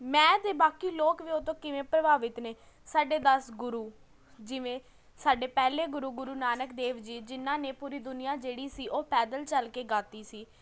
ਮੈਂ ਅਤੇ ਬਾਕੀ ਲੋਕ ਵੀ ਉਹ ਤੋਂ ਕਿਵੇਂ ਪ੍ਰਭਾਵਿਤ ਨੇ ਸਾਡੇ ਦਸ ਗੁਰੂ ਜਿਵੇਂ ਸਾਡੇ ਪਹਿਲੇ ਗੁਰੂ ਗੂਰੂ ਨਾਨਕ ਦੇਵ ਜੀ ਜਿਹਨਾਂ ਨੇ ਪੂਰੀ ਦੁਨੀਆਂ ਜਿਹੜੀ ਸੀ ਉਹ ਪੈਦਲ ਚੱਲ ਕੇ ਗਾਹ ਤੀ ਸੀ